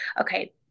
okay